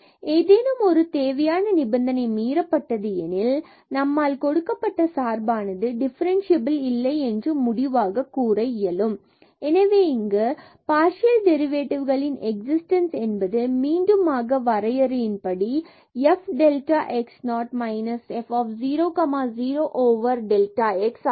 ஏதேனும் ஒரு தேவையான நிபந்தனை மீறப்பட்டது எனில் நம்மால் கொடுக்கப்பட்ட சார்பானது டிஃபரென்ஸ்சியபில் இல்லை என்று முடிவாக கூற இயலும் எனவே இங்கு பார்சல் டெரிவேட்டிவ்களின் எக்ஸிஸ்டன்ஸ் என்பது மீண்டும் ஆக வரையறையின் படி f delta x 0 f 0 0 delta x ஆகும்